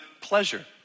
pleasure